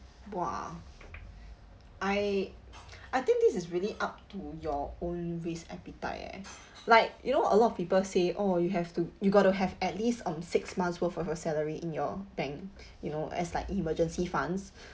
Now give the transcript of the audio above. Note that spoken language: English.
!wah! I I think this is really up to your own risk appetite eh like you know a lot of people say oh you have to you got to have at least um six months worth of your salary in your bank you know as like emergency funds